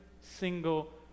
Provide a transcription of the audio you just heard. single